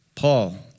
Paul